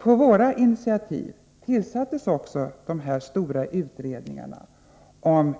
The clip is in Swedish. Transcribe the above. På våra initiativ tillsattes också de stora utredningarna — den